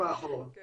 בשפה שלנו בדרך כלל